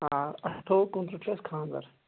آ اَٹھووُہ کُنترٕٛہ چھُ اَسہِ خانٛدر